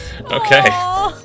Okay